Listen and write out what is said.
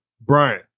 Brian